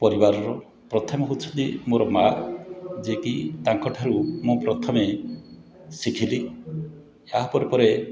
ପରିବାରର ପ୍ରଥମେ ହେଉଛନ୍ତି ମୋର ମା ଯେକି ତାଙ୍କଠାରୁ ମୁଁ ପ୍ରଥମେ ଶିଖିଲି ଏହା ପରେ ପରେ